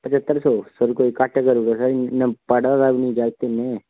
पच्हत्तर सौ सर थोह्ड़ी घट्ट करी ओड़ो सर पढ़ा दा बी निं जागत इन्नी